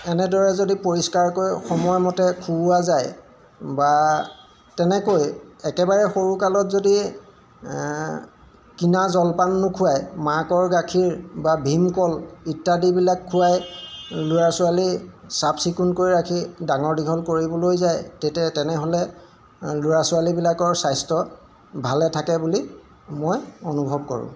এনেদৰে যদি পৰিষ্কাৰকৈ সময়মতে খুওৱা যায় বা তেনেকৈ একেবাৰে সৰুকালত যদি কিনা জলপান নোখোৱাই মাকৰ গাখীৰ বা ভীমকল ইত্যাদিবিলাক খুৱাই ল'ৰা ছোৱালী চাফ চিকুণকৈ ৰাখি ডাঙৰ দীঘল কৰিবলৈ যায় তেতিয়া তেনেহ'লে ল'ৰা ছোৱালীবিলাকৰ স্বাস্থ্য ভালে থাকে বুলি মই অনুভৱ কৰোঁ